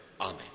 Amen